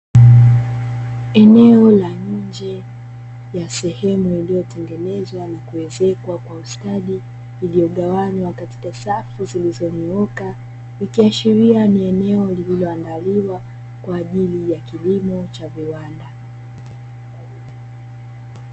Eneo la nje ya sehemu iliyotengenezwa na kuezekwa kwa ustadi, iliyogawanywa katika safu zilizonyooka, ikiashiria ni eneo lililoandaliwa kwa ajili ya kilimo cha viwanda.